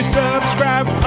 subscribe